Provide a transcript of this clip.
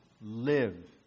live